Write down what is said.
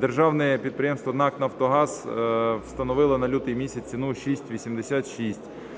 Державне підприємство НАК "Нафтогаз" встановило на лютий місяць ціну в 6.86.